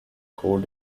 core